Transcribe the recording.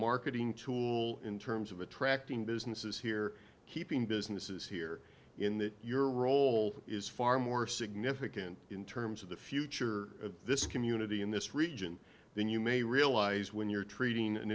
marketing tool in terms of attracting businesses here keeping businesses here in that your role is far more significant in terms of the future of this community in this region then you may realize when you're treating an